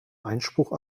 einspruch